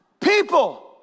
people